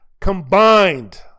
combined